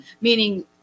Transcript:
meaning